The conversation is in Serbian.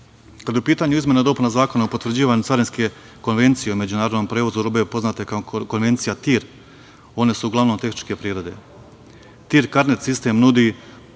je u pitanju izmena i dopuna Zakona o potvrđivanju carinske konvencije o međunarodnom prevozu robe, poznate kao Konvencija TIM, one su uglavnom tehničke prirode. Taj TIM karnet sistem nudi prednosti